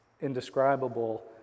indescribable